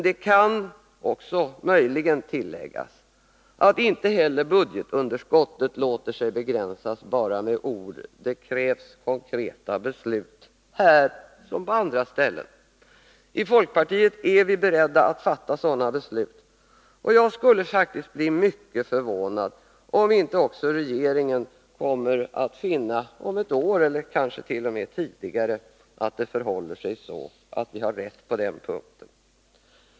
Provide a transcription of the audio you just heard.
Det kan möjligen tilläggas att inte heller budgetunderskottet låter sig begränsas med bara ord — det krävs konkreta beslut, här som på andra ställen. I folkpartiet är vi beredda att fatta sådana beslut. Jag skulle faktiskt bli mycket förvånad om inte också regeringen kommer att finna — om ett år eller kanske t.o.m. tidigare — att det förhåller sig så att vi har rätt på den punkten.